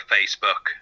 Facebook